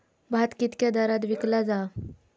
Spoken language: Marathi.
भात कित्क्या दरात विकला जा?